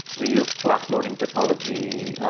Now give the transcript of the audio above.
we use class loading technology.